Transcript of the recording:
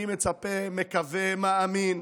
אני מצפה, מקווה, מאמין,